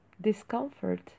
discomfort